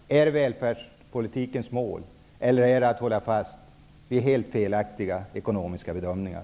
Är det välfärdspolitikens mål eller är det att hålla fast vid helt felaktiga ekonomiska bedömningar?